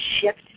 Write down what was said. shift